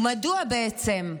ומדוע בעצם?